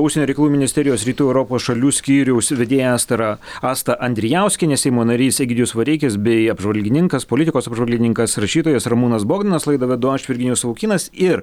užsienio reikalų ministerijos rytų europos šalių skyriaus vedėja astra asta andrijauskienė seimo narys egidijus vareikis bei apžvalgininkas politikos apžvalgininkas rašytojas ramūnas bogdanas laidą vedu aš virginijus savukynas ir